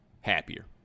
happier